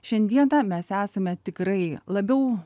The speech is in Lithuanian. šiandieną mes esame tikrai labiau